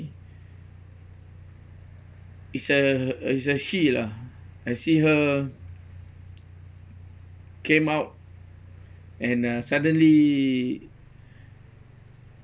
it's a it's a she lah I see her came out and uh suddenly